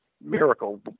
miracle